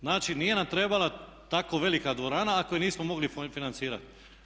Znači nije nam trebala tako velika dvorana ako je nismo mogli financirati.